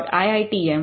iitm